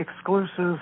exclusive